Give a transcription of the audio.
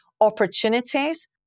opportunities